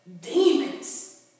Demons